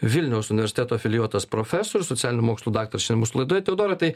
vilniaus universiteto afilijuotas profesorius socialinių mokslų daktaras šiandien mūsų laidoje teodorai tai